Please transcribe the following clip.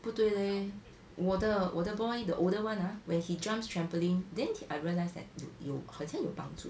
不对 leh 我的我的 boy the older one ah when he jumps trampoline then he I realize that 有有好像有帮助